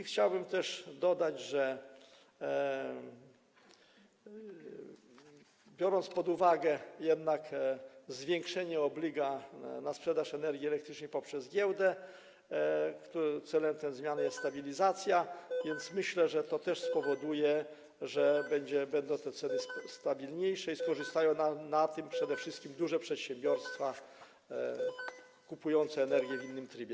Chciałbym też dodać, że biorąc pod uwagę jednak zwiększenie obliga na sprzedaż energii elektrycznej poprzez giełdę, celem tej zmiany jest stabilizacja, więc myślę, że to też spowoduje, że te ceny będą stabilniejsze i skorzystają na tym przede wszystkim duże przedsiębiorstwa, kupujące energię w innym trybie.